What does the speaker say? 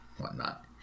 whatnot